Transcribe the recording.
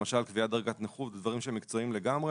למשל קביעת דרגת נכות ודברים שהם מקצועיים לגמרי